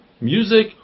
music